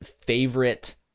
favorite